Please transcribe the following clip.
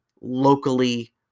locally